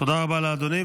תודה רבה לאדוני.